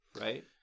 right